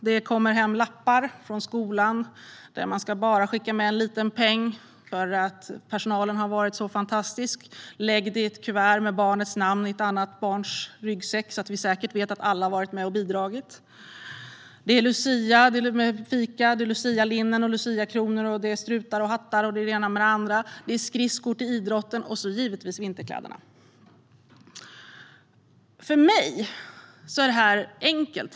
Det kommer hem lappar från skolan om att man ska skicka med en liten peng för att personalen har varit så fantastisk. Den ska läggas i ett kuvert med barnets namn i ett annat barns ryggsäck, så att man säkert vet att alla har varit med och bidragit. Det är lucia med fika och lucialinnen, luciakronor, strutar, hattar och det ena med det andra. Det är skridskor till idrotten och så givetvis vinterkläder. För mig är detta enkelt.